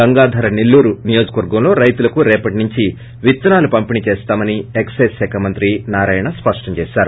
గంగాధర నెల్లూరు నియోజకవర్గంలో రైతులకు రేపట్నుంచి విత్తనాలు పంపిణీ చేస్తామని ఎక్సైజ్ శాఖ నారాయణ స్పష్టం చేశారు